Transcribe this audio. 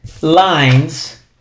lines